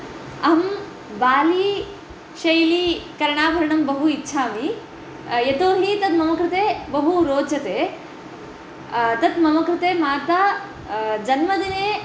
अहं बाली शैली कर्णाभरणम् बहु इच्छामि यतोहि तत् मम कृते बहु रोचते तत् मम कृते माता जन्मदिने